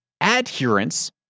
adherence